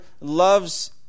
loves